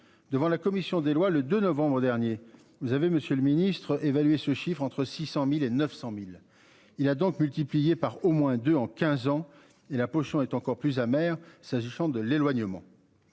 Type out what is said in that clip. devant la commission des lois, le 2 novembre dernier, vous avez Monsieur le Ministre évaluer ce chiffre entre 600.000 et 900.000. Il a donc multiplié par au moins 2 ans 15 ans et la poche est encore plus amer, s'agissant de l'éloignement.